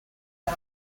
him